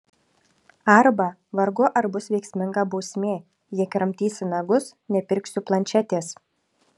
arba vargu ar bus veiksminga bausmė jei kramtysi nagus nepirksiu planšetės